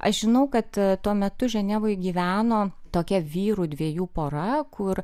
aš žinau kad tuo metu ženevoj gyveno tokia vyrų dviejų pora kur